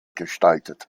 gestaltet